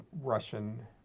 Russian